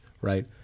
right